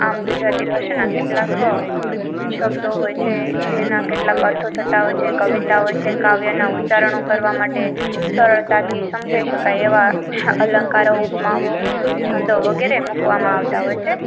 આમ ગુજરાતી ભાષાના કેટલાક શબ્દો હોય છે જેના કેટલાક અર્થો થતાં હોય છે કવિતા હોય છે કાવ્યનાં ઉચ્ચારણો કરવા માટે સરળતાથી સમજાઈ શકાય એવા અલંકારો ઉપમાઓ છંદો વગેરે મૂકવામાં આવતા હોય છે